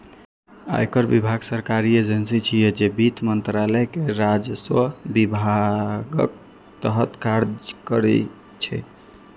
आयकर विभाग सरकारी एजेंसी छियै, जे वित्त मंत्रालय के राजस्व विभागक तहत काज करै छै